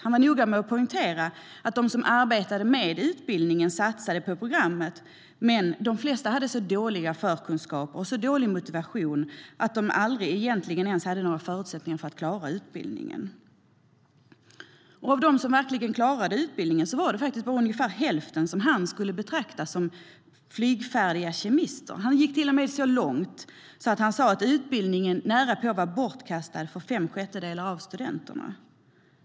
Han var noga med att poängtera att de som arbetade med utbildningen satsade på programmet, men de flesta hade så dåliga förkunskaper och så dålig motivation att de egentligen aldrig ens haft några förutsättningar att klara utbildningen. Av dem som klarade utbildningen var det bara ungefär hälften lektorn skulle betrakta som flygfärdiga kemister. Han gick till och med så långt som att säga att utbildningen närapå var bortkastad på fem sjättedelar av studenterna.